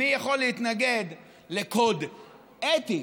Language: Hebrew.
מי יכול להתנגד לקוד אתי?